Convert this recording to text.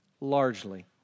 largely